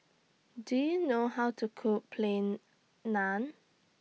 Do YOU know How to Cook Plain Naan